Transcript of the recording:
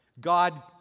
God